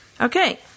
Okay